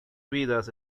vidas